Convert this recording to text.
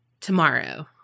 tomorrow